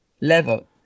level